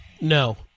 No